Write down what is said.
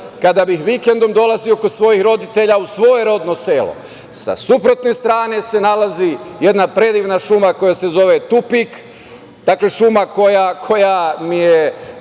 kada bih vikendom dolazio kod svojih roditelja u svoje rodno selo, sa suprotne strane se nalazi jedna predivan šuma koja se zove Tupik, šuma koja mi je,